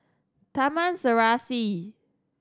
Taman Serasi